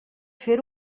fer